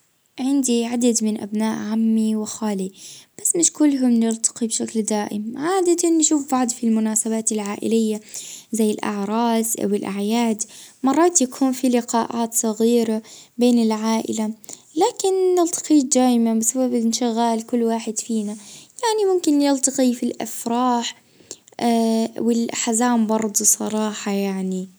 اه عندي هلبا من جهة عمي وخالي أما نشوف فيهم يعني في المناسبات الكبيرة كل واحد مشغول في حياته.